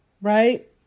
right